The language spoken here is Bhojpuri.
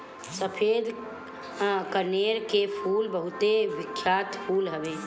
सफ़ेद कनेर के फूल बहुते बिख्यात फूल हवे